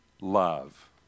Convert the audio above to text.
love